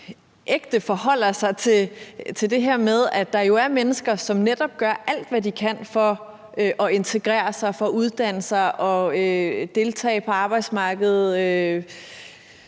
ægte forholder sig til det her med, at der er mennesker, som gør alt, hvad de kan, for at integrere sig, for at uddanne sig og for at deltage på arbejdsmarkedet,